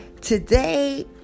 Today